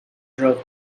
drove